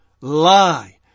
lie